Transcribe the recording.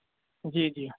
جی جی